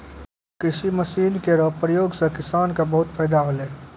कृषि मसीन केरो प्रयोग सें किसान क बहुत फैदा होलै